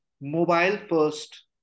mobile-first